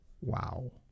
Wow